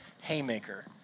haymaker